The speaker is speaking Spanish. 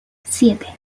siete